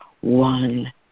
one